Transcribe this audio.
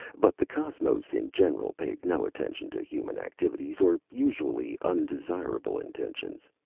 but the cosmos in general paid no attention to human activities or usually undesirable intentions.